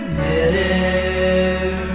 midair